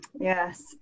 Yes